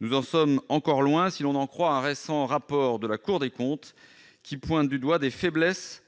Nous en sommes encore loin, si l'on en croit un récent rapport de la Cour des comptes, qui pointe des faiblesses